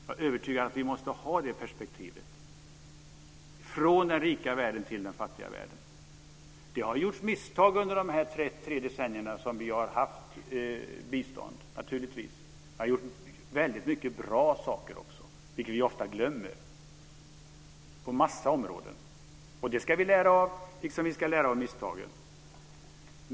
Jag är övertygad om att vi måste ha det perspektivet, från den rika världen till den fattiga världen. Det har naturligtvis gjorts misstag under de tre decennier vi har bedrivit bistånd. Men det har gjorts väldigt många bra saker också på en massa områden, vilket vi ofta glömmer. Det ska vi lära av, liksom vi ska lära av misstagen.